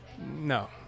No